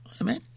Amen